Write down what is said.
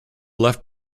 left